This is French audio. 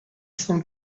cent